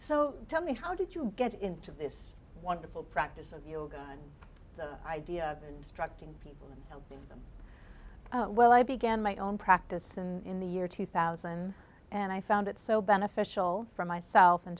so tell me how did you get into this wonderful practice of yoga and the idea of and structuring people well i began my own practice and in the year two thousand and i found it so beneficial for myself in